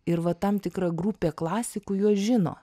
ir va tam tikra grupė klasikų juos žino